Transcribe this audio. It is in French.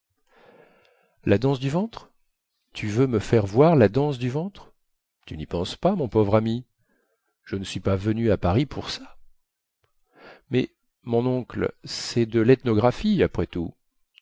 la danse du ventre tu veux me faire voir la danse du ventre tu ny penses pas mon pauvre ami je ne suis pas venu à paris pour ça mais mon oncle cest de lethnographie après tout